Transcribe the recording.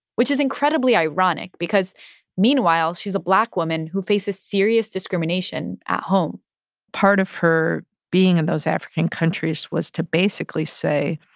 which is incredibly ironic because meanwhile, she's a black woman who faces serious discrimination at home part of her being in those african countries was to basically say,